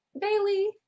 Bailey